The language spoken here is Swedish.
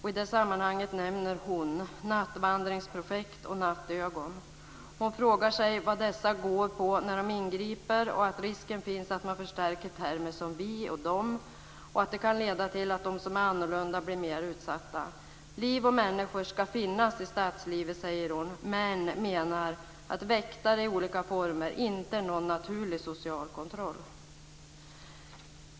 I det sammanhanget nämner hon nattvandringsprojekt och nattögon. Hon frågar sig vad dessa utgår från när de ingriper och menar att det finns risk att man förstärker termer som "vi" och "dem" och att det kan leda till att de som är annorlunda blir mer utsatta. Liv och människor ska finnas i stadslivet, säger hon men menar att väktare i olika former inte är en naturlig social kontroll.